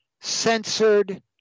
censored